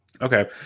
Okay